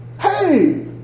Hey